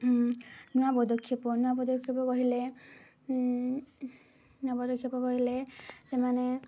ନୂଆ ପଦକ୍ଷେପ ନୂଆ ପଦକ୍ଷେପ କହିଲେ ନୂଆ ପଦକ୍ଷେପ କହିଲେ ସେମାନେ